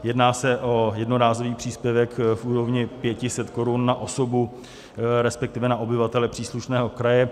Jedná se o jednorázový příspěvek v úrovni 500 korun na osobu, resp. na obyvatele příslušného kraje.